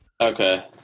Okay